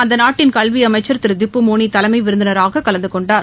அந்த நாட்டின் கல்வி அமைச்சர் திரு திப்பு மோனி தலைமை விருந்தினராக கலந்துகொண்டார்